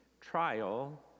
trial